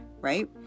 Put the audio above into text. right